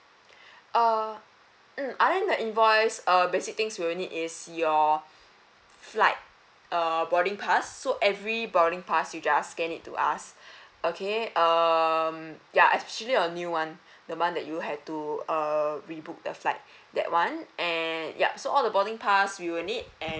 uh mm other than the invoice err basic things we will need is your flight uh boarding pass so every boarding pass you just scan it to us okay um ya especially the new one the one you had to err rebook the flight that one and yup so all the boarding pass we will need and